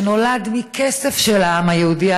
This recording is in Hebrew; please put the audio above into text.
שנולד מכסף של העם היהודי,